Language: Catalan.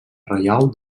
reial